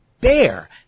bear